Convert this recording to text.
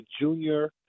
junior